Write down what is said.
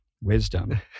wisdom